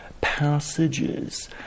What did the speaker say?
passages